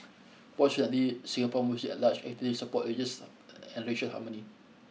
fortunately Singapore Muslims at large actively support religious and racial harmony